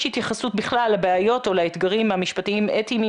התייחסות בכלל לבעיות או לאתגרים המשפטיים-אתיים,